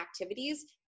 activities